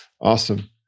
Awesome